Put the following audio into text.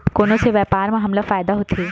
कोन से व्यापार म हमला फ़ायदा होथे?